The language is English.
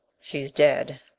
she's dead.